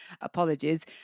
apologies